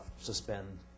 suspend